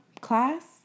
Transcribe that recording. Class